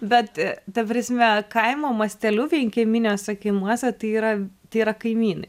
bet ta prasme kaimo masteliu vienkieminiuose kaimuose tai yra tai yra kaimynai